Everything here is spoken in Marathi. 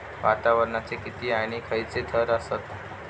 वातावरणाचे किती आणि खैयचे थर आसत?